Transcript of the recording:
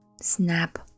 snap